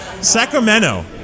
Sacramento